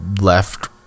left